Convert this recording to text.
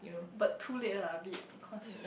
but too late ah a bit cause